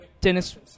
Dennis